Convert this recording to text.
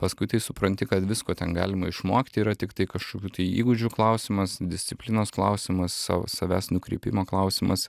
paskui tai supranti kad visko ten galima išmokti yra tiktai kažkokių tai įgūdžių klausimas disciplinos klausimas savęs nukreipimo klausimas